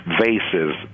vases